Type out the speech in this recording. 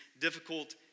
difficult